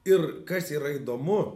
ir kas yra įdomu